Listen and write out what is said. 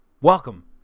Welcome